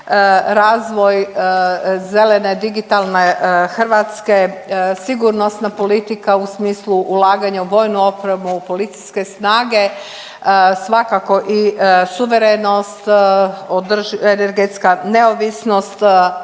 razvoj zelene digitalne Hrvatske, sigurnosna politika u smislu ulaganja u vojnu opremu u policijske snage svakako i suverenost, energetska neovisnost,